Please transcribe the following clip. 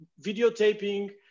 videotaping